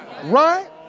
Right